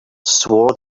swore